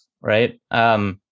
right